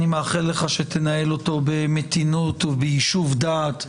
אני מאחל לך שתנחה אותו במתינות וביישוב דעת,